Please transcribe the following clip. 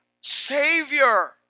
Savior